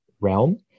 realm